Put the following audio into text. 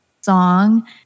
song